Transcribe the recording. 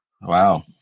Wow